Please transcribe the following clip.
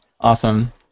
Awesome